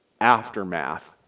aftermath